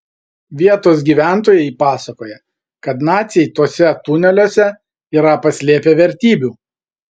vietos gyventojai pasakoja kad naciai tuose tuneliuose yra paslėpę vertybių